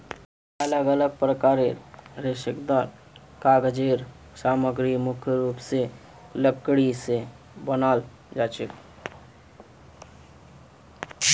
अलग अलग प्रकारेर रेशेदार कागज़ेर सामग्री मुख्य रूप स लकड़ी स बनाल जाछेक